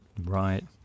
Right